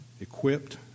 equipped